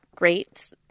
great